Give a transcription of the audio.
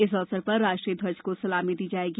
इस अवसर पर राष्ट्रीय ध्वज को सलामी दी जायेगी